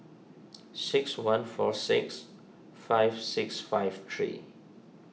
six one four six five six five three